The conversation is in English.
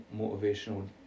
motivational